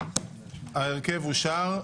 ההרכב הבא: